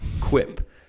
quip